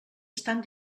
estan